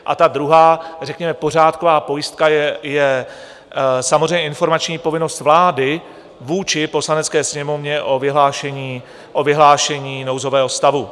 A ta druhá, řekněme pořádková pojistka, je samozřejmě informační povinnost vlády vůči Poslanecké sněmovně o vyhlášení nouzového stavu.